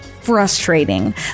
frustrating